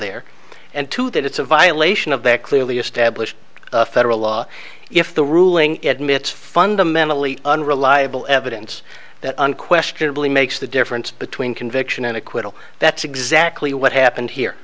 there and to that it's a violation of their clearly established federal law if the ruling at mit's fundamentally unreliable evidence that unquestionably makes the difference between conviction and acquittal that's exactly what happened here